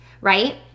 right